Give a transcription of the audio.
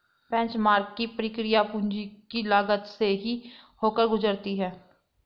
benchmark की प्रक्रिया पूंजी की लागत से ही होकर गुजरती है